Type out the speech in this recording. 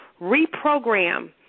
reprogram